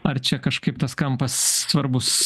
ar čia kažkaip tas kampas svarbus